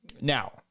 Now